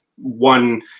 One